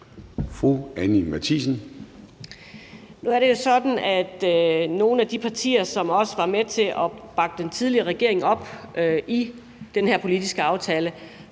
Nu er det sådan, at nogle af de partier, som også var med til at bakke den tidligere regering op i den her politiske aftale,